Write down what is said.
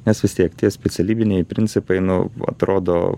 nes vis tiek tie specialybiniai principai nu atrodo